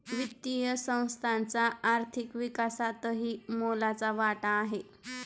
वित्तीय संस्थांचा आर्थिक विकासातही मोलाचा वाटा आहे